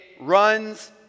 runs